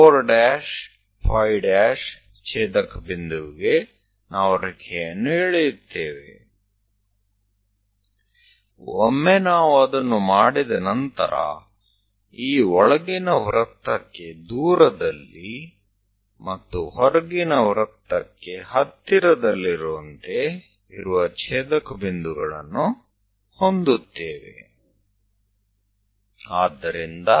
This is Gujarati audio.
એક વાર આપણે તે કરી લઈએ ત્યારબાદ આપણી પાસે આ છેદ બિંદુઓ હશે કે જે અંદરના વર્તુળથી દુર હશે અને બહારના વર્તુળની અંદર હશે